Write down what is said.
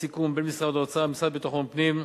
סיכום בין משרד האוצר למשרד לביטחון פנים,